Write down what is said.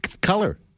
color